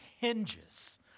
hinges